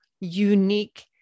unique